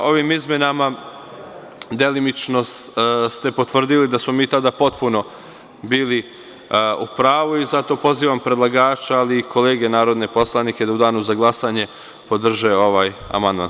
Ovim izmenama delimično ste potvrdili da smo mi tada potpuno bili u pravu i zato pozivam predlagače ali i kolege narodne poslanike da u danu za glasanje podrže ovaj amandman.